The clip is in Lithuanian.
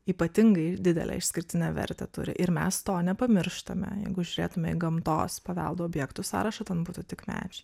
ypatingai didelę išskirtinę vertę turi ir mes to nepamirštame jeigu žiūrėtume į gamtos paveldo objektų sąrašą ten būtų tik medžiai